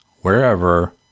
Wherever